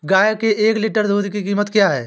गाय के एक लीटर दूध की कीमत क्या है?